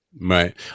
Right